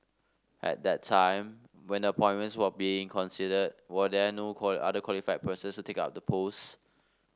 at that time when the appointments were being considered were there no other qualified persons to take up the posts